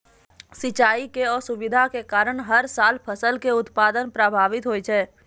सिंचाई के असुविधा के कारण हर साल फसल के उत्पादन प्रभावित होय छै